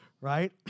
right